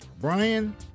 Brian